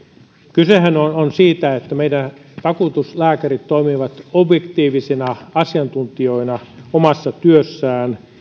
kysehän on siitä että meidän vakuutuslääkärit toimivat objektiivisina asiantuntijoina omassa työssään